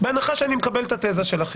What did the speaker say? בהנחה שאני מקבל את התזה שלכם,